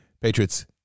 Patriots